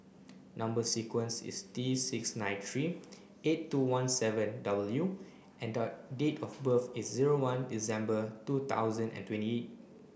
number sequence is T six nine three eight two one seven W and date of birth is zero one December two thousand and twenty eight